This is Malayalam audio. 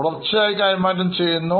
തുടർച്ചയായി കൈമാറ്റം ചെയ്യപ്പെടുന്നു